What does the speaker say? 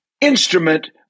instrument